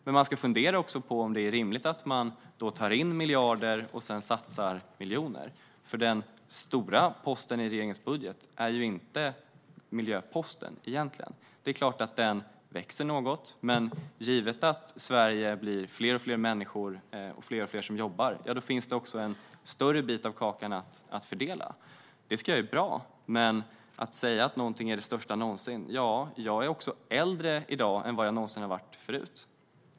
Men är det rimligt att det tas in miljarder och sedan satsas miljoner? Den stora posten i regeringens budget är egentligen inte miljöposten. Det är klart att den växer något. Men eftersom befolkningen i Sverige blir allt större och det är fler som jobbar blir det också större bitar av kakan att fördela. Det tycker jag är bra. Man säger att det är den största investeringsbudgeten någonsin. Men jag är också äldre än jag någonsin varit.